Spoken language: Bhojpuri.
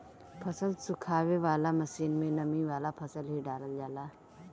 फसल सुखावे वाला मशीन में नमी वाला फसल ही डालल जाला